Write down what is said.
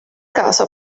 casa